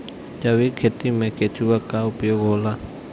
जैविक खेती मे केचुआ का उपयोग होला?